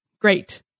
great